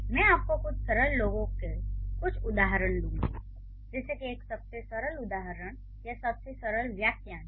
मैं आपको कुछ सरल लोगों के कुछ उदाहरण दूंगा जैसे एक सबसे सरल उदाहरण या सबसे सरल वाक्यांश